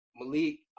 Malik